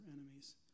enemies